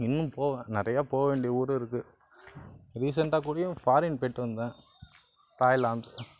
இன்னும் போவேன் நிறைய போக வேண்டிய ஊர் இருக்குது ரீசன்ட்டாக கூடயும் ஃபாரின் போய்ட்டு வந்தேன் தாய்லாந்து